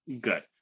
Good